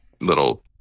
little